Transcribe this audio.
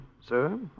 sir